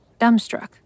dumbstruck